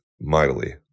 mightily